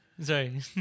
sorry